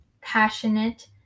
passionate